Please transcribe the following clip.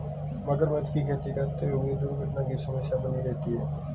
मगरमच्छ की खेती करते हुए दुर्घटना की समस्या बनी रहती है